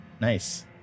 Nice